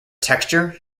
texture